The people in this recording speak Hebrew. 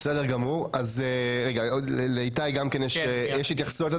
גם לאיתי יש התייחסות.